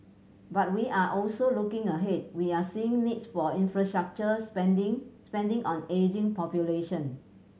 but we are also looking ahead we are seeing needs for infrastructure spending spending on ageing population